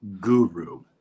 Guru